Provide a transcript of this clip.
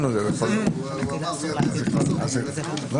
אנחנו מבקשים את